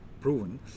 proven